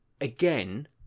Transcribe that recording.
again